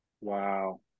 Wow